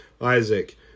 Isaac